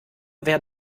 wer